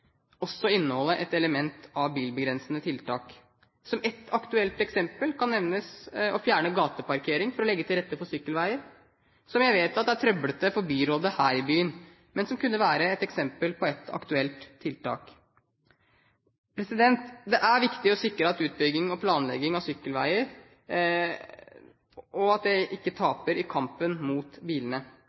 også inneholde et element av bilbegrensende tiltak. Som et aktuelt eksempel kan nevnes å fjerne gateparkering for å legge til rette for sykkelveier, som jeg vet at er trøblete for byrådet her i byen, men som kunne være et eksempel på et aktuelt tiltak. Det er viktig å sikre at utbygging og planlegging av sykkelveier ikke taper i kampen mot bilene.